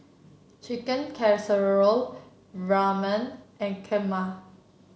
Chicken Casserole Ramen and Kheema